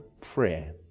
prayer